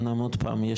אמנם עוד פעם,